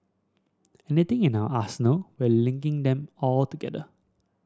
anything in our arsenal we're linking them all together